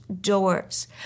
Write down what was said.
doors